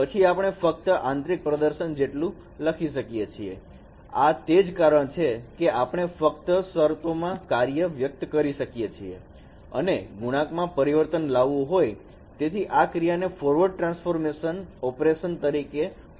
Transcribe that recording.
પછી આપણે ફક્ત આંતરીક પ્રદર્શન જેટલું લખી શકીએ છીએ આ તે જ કારણ છે કે આપણે ફક્ત શરતોમાં કાર્ય વ્યક્ત કરીએ છીએ અને ગુણાંકમાં પરિવર્તન લાવવું હોય તેથી આ ક્રિયાને ફોરવર્ડ ટ્રાન્સફોર્મ ઓપરેશન કહીએ છીએ